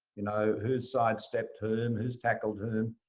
you know who's sidestepped whom, who's tackled whom.